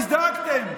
הזדעקתם.